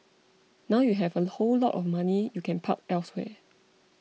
now you have a whole lot of money you can park elsewhere